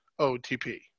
OTP